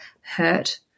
hurt